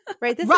Right